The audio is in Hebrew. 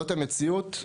זאת המציאות.